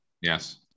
Yes